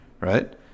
right